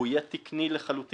הוא יהיה תקני לחלוטין,